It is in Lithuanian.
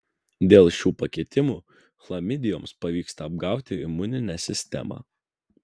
dėl šių pakitimų chlamidijoms pavyksta apgauti imuninę sistemą